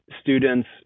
students